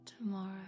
Tomorrow